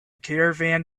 caravan